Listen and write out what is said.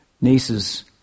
nieces